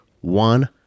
one